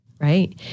Right